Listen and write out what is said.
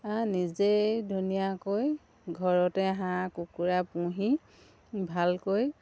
নিজেই ধুনীয়াকৈ ঘৰতে হাঁহ কুকুৰা পুহি ভালকৈ